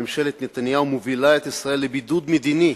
ממשלת נתניהו מובילה את ישראל לבידוד מדיני,